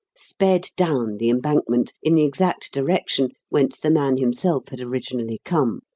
sped down the embankment in the exact direction whence the man himself had originally come,